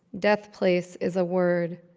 death place is a word.